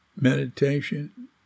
meditation